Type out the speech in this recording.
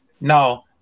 no